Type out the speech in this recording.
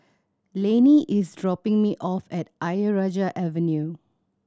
Laney is dropping me off at Ayer Rajah Avenue